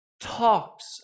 talks